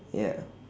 ya